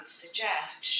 suggest